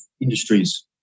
industries